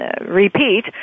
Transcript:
repeat